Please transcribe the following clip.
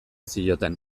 zioten